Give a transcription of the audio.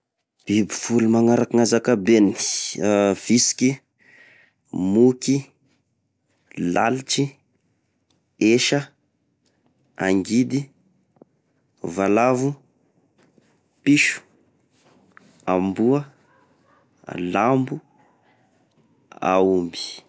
Biby folo magnaraky gnazakabeny visiky, moky, lalitry, esa, angidy, valavo, piso, amboa, lambo, aomby.